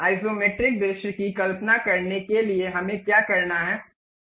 isometric दृश्य की कल्पना करने के लिए हमें क्या करना है यहां जाएं उस एक पर क्लिक करें